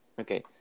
Okay